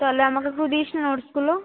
তাহলে আমাকে একটু দিস নোটসগুলো